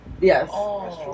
Yes